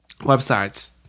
websites